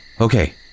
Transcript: Okay